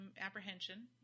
apprehension